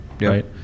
Right